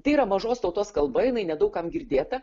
tai yra mažos tautos kalba jinai nedaug kam girdėta